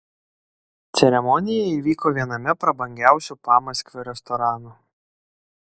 ceremonija įvyko viename prabangiausių pamaskvio restoranų